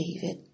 david